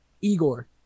Igor